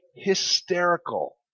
hysterical